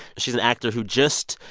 she's an actor who just,